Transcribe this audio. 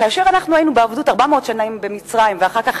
כאשר אנחנו היינו בעבדות 400 שנה במצרים ואחר כך